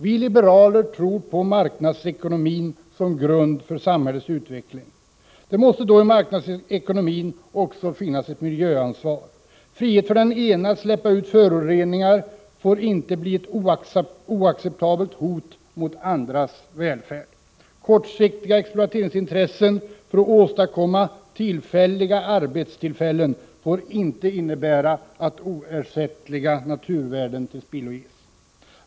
Vi liberaler tror på marknadsekonomin som grund för samhällets utveckling. Det måste då i marknadsekonomin också finnas ett miljöansvar. Frihet för den ene att släppa ut föroreningar får inte bli ett oacceptabelt hot mot andras välfärd. Kortsiktiga exploateringsintressen för att åstadkomma tillfälliga arbetstillfällen får inte innebära att oersättliga naturvärden tillspilloges.